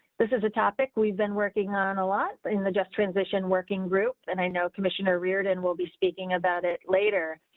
this is a topic. we've been working on a lot in the transition working group and i know commissioner reardon will be speaking about it later,